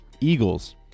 Eagles